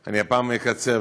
אני הפעם אקצר,